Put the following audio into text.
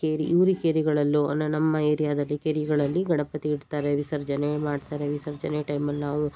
ಕೇರಿ ಊರು ಕೇರಿಗಳಲ್ಲೂ ಅಂದರೆ ನಮ್ಮ ಏರಿಯಾದಲ್ಲಿ ಕೇರಿಗಳಲ್ಲಿ ಗಣಪತಿ ಇಡ್ತಾರೆ ವಿಸರ್ಜನೆ ಮಾಡ್ತಾರೆ ವಿಸರ್ಜನೆ ಟೈಮ್ ಅಲ್ಲಿ ನಾವು